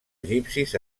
egipcis